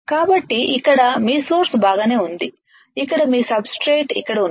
కాబట్టి ఇక్కడ మీ సోర్స్ బాగానే ఉంది ఇక్కడ మీ సబ్స్ట్రేట్లు ఇక్కడ ఉన్నాయి